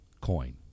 coin